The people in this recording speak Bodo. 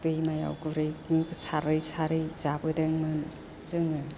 दैमायाव गुरै सारै सारै जाबोदोंमोन जोङो